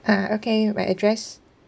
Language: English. ah okay my address